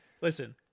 Listen